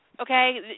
okay